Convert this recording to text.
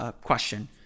question